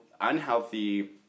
unhealthy